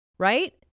Right